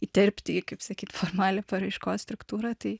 įterpti į kaip sakyt formalią paraiškos struktūrą tai